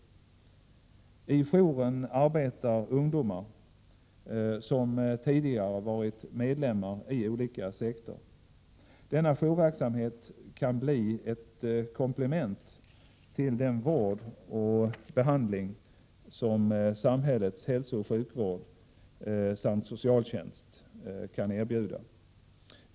I jouren arbetar ungdomar, som tidigare varit medlemmar i olika sekter. Denna jourverksamhet kan bli ett viktigt komplement till den vård och behandling som samhällets hälsooch sjukvård samt socialtjänst kan erbjuda.